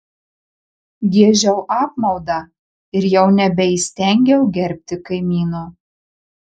giežiau apmaudą ir jau nebeįstengiau gerbti kaimyno